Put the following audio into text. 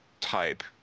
type